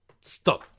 Stop